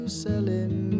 selling